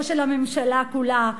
או של הממשלה כולה,